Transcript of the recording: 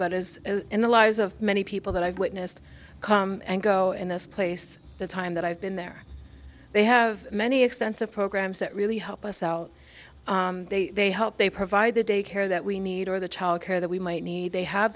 but is in the lives of many people that i've witnessed come and go in this place the time that i've been there they have many extensive programs that really help us out they help they provide the daycare that we need or the childcare that we might need they have